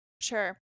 Sure